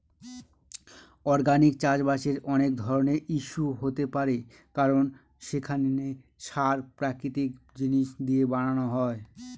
organic চাষবাসের অনেক ধরনের ইস্যু হতে পারে কারণ সেখানে সার প্রাকৃতিক জিনিস দিয়ে বানানো হয়